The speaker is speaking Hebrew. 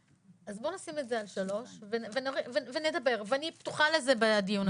אז בוא נשים את זה על שלוש ונדבר ואני אהיה פתוחה לזה בדיון הבא.